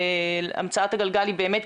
המצאת הגלגל היא באמת,